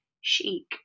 chic